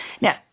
Now